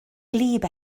gwlyb